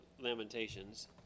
Lamentations